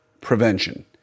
prevention